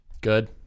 good